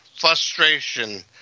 frustration